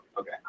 Okay